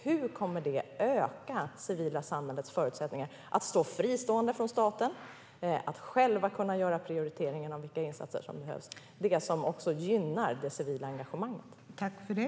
Hur kommer detta att öka det civila samhällets förutsättningar att stå fritt från staten och självt kunna göra prioriteringar av de insatser som behövs? Det är ju detta som också gynnar det civila engagemanget.